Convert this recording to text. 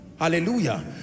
Hallelujah